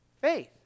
Faith